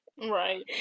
right